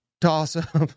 toss-up